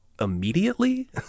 immediately